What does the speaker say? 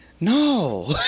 No